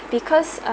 because